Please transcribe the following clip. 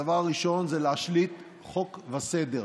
הדבר הראשון הוא להשליט חוק וסדר.